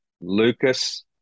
Lucas